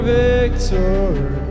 victory